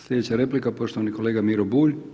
Sljedeća replika poštovani kolega Miro Bulj.